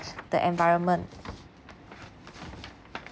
the environment